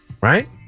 Right